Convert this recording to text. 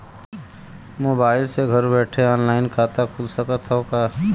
Mobile से घर बैठे ऑनलाइन खाता खुल सकत हव का?